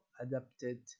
adapted